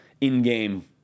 in-game